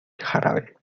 jarabe